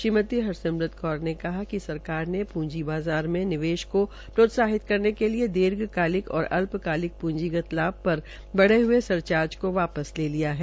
Shrimati Harsimrat Kaur ने कहा कि सरकार ने पूंजी बाज़ार में निवेश को प्रोत्साहित करने के लिए दीर्घकालिक और अल्पकालिक पूंजीगत लाभी पर बढ़े हये सरचार्ज को वापस ले लिया है